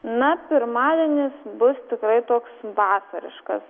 na pirmadienis bus tikrai toks vasariškas